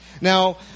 Now